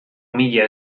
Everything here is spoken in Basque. mila